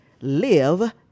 Live